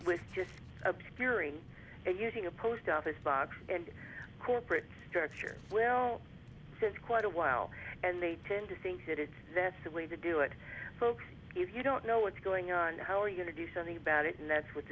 with just obscuring a using a post office box and corporate structure will says quite a while and they tend to think that it's that's the way to do it folks if you don't no what's going on how are you going to do something about it and that's what